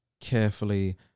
carefully